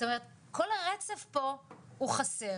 כל הרצף פה הוא חסר,